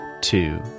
two